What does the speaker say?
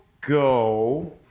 Go